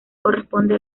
corresponde